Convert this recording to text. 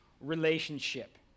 relationship